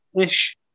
ish